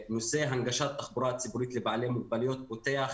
נושא הנגשת תחבורה ציבורית לבעלי מוגבלויות פותח